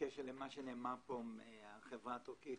בקשר למה שנאמר פה מהחברה הטורקית